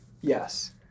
Yes